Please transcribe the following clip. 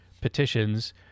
petitions